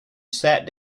sat